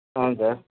అవును సార్